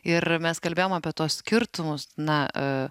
ir mes kalbėjom apie tuos skirtumus na